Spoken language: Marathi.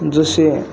जसे